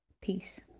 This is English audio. Peace